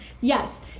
Yes